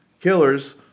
killers